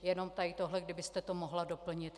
Jenom tady tohle kdybyste to mohla doplnit.